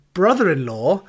brother-in-law